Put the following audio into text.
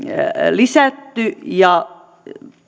lisätty ja